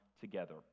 together